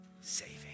saving